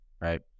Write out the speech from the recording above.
right